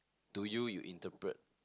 to you you interpret